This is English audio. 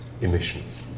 emissions